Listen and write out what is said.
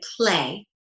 play